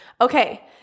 Okay